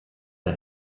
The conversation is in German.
der